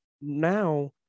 now